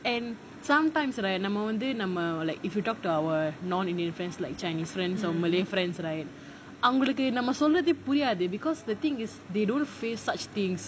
and sometimes right நம்ம வந்து நம்ம:namma vanthu namma like if you talk to our non-indian friends like chinese friends or malay friends right அவங்களுக்கு நம்ம சொல்றதே புரியாது:avangaluku namma solrathae puriyaathu because the thing is they don't face such things